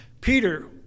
Peter